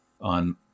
on